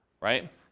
right